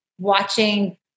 watching